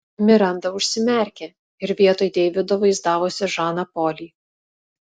miranda užsimerkė ir vietoj deivido vaizdavosi žaną polį